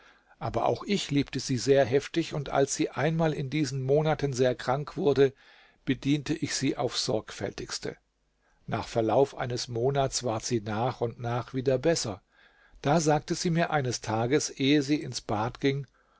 aber auch ich liebte sie sehr heftig und als sie einmal in diesen monaten sehr krank wurde bediente ich sie aufs sorgfältigste nach verlauf eines monats ward sie nach und nach wieder besser da sagte sie mir eines tages ehe sie ins bad ging